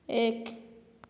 ଏକ